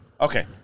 okay